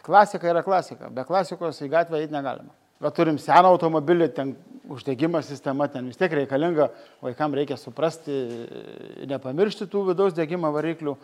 klasika yra klasika be klasikos į gatvę eit negalima va turim seną automobilį ten uždegimo sistema ten vis tiek reikalinga vaikam reikia suprasti nepamiršti tų vidaus degimo variklių